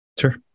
Sure